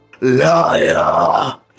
LIAR